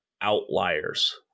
outliers